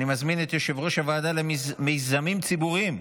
ותיכנס לספר החוקים.